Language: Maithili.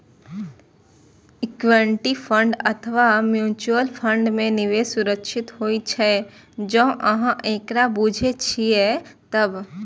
इक्विटी फंड अथवा म्यूचुअल फंड मे निवेश सुरक्षित होइ छै, जौं अहां एकरा बूझे छियै तब